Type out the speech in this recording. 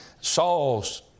Saul's